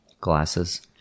Glasses